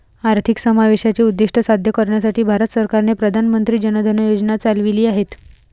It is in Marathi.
आर्थिक समावेशाचे उद्दीष्ट साध्य करण्यासाठी भारत सरकारने प्रधान मंत्री जन धन योजना चालविली आहेत